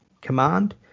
command